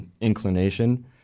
inclination